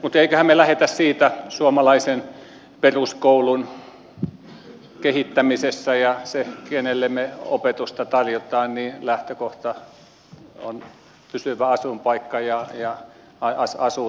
mutta emmeköhän me lähde siitä suomalaisen peruskoulun kehittämisessä ja siinä kenelle me opetusta tarjotaan että lähtökohta on pysyvä asuinpaikka ja se että asuu täällä